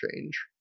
change